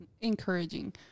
encouraging